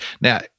Now